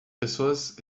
pessoas